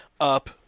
up